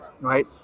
right